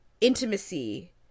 intimacy